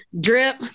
drip